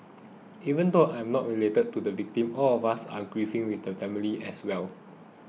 even though I am not related to the victims all of us are grieving with the families as well